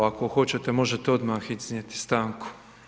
Pa ako hoćete možete odmah iznijeti stanku.